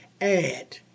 add